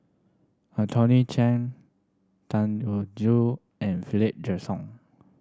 Anthony Chen Tan Joo and Philip Jackson